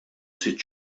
sitt